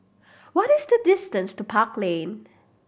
what is the distance to Park Lane